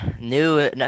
new